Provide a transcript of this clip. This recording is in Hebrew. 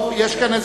ורדיו (תיקון מס'